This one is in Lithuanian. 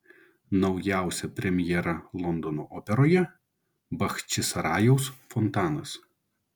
naujausia premjera londono operoje bachčisarajaus fontanas